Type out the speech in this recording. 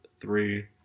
three